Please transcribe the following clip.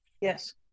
yes